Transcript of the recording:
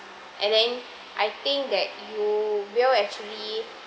and then I think that you will actually